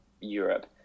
Europe